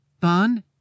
Fun